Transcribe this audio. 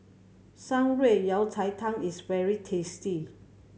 Shan Rui Yao Cai Tang is very tasty